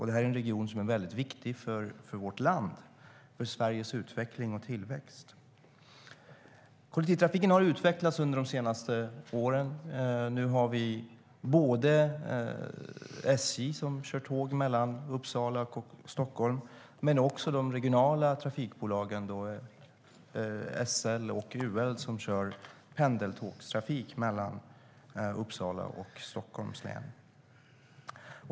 Det är en region som är väldigt viktig för vårt land och för Sveriges utveckling och tillväxt. Kollektivtrafiken har utvecklats under de senaste åren. Nu har vi SJ som kör tåg mellan Uppsala och Stockholm men också de regionala trafikbolagen SL och UL som kör pendeltågstrafik mellan Uppsala och Stockholms län.